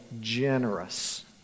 generous